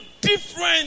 different